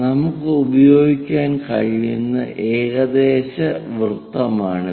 നമുക്ക് ഉപയോഗിക്കാൻ കഴിയുന്ന ഏകദേശ വൃത്തമാണിത്